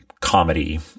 comedy